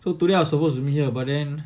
so today I was supposed to meet here but then